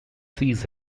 sees